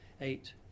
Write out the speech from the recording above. eight